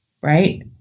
Right